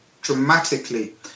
dramatically